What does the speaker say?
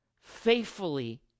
faithfully